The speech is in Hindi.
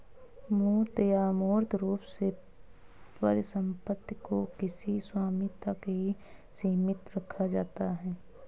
मूर्त या अमूर्त रूप से परिसम्पत्ति को किसी स्वामी तक ही सीमित रखा जाता है